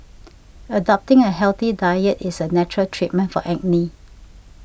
adopting a healthy diet is a natural treatment for acne